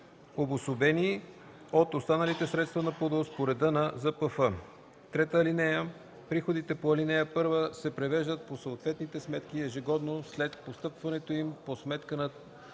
обособени от останалите средства на ПУДООС по реда на ЗПФ. (3) Приходите по ал. 1 се превеждат по съответните сметки ежемесечно след постъпването им по сметка на